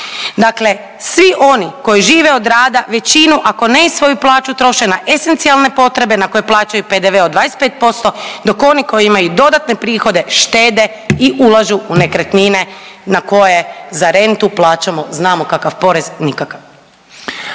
Dakle, svi oni koji žive od rada većinu, ako ne i svoju plaću troše na esencijalne potrebe na plaćaju PDV od 25% dok oni koji imaju dodatne prihode štede i ulažu u nekretnine na koje za rentu plaćamo znamo kakav porez, nikakav.